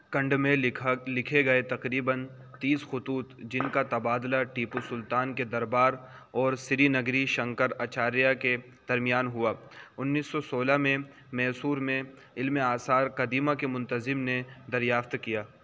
کنڈ میں لکھا لکھے گئے تقریبا تیس خطوط جن کا تبادلہ ٹیپو سلطان کے دربار اور سرینگری شنکراچاریہ کے درمیان ہوا انیس سو سولہ میں میسور میں علم آثار قدیمہ کے منتظم نے دریافت کیا